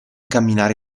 camminare